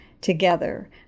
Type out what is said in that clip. together